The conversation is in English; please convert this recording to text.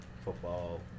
football